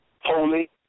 Holy